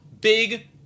big